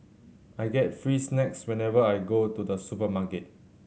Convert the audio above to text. I get free snacks whenever I go to the supermarket